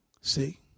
See